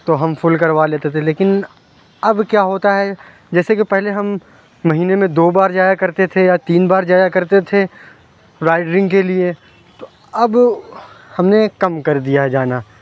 تو ہم فل کروا لیتے تھے لیکن اب کیا ہوتا ہے جیسے کہ پہلے ہم مہینے میں دو بار جایا کرتے تھے یا تین بار جایا کرتے تھے رائڈرنگ کے لیے تو اب ہم نے کم کر دیا جانا